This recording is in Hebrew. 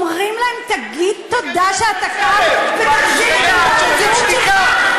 אומרים להם: תגיד תודה שאתה כאן ותחזיר את תעודת הזהות שלך?